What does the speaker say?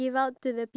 what